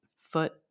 foot